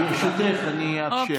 ברשותך, אני אאפשר לו.